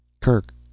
Kirk